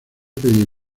pedir